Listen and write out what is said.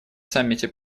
саммите